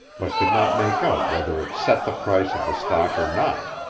but could not make out whether it set the price of the stock or not.